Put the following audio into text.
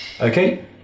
Okay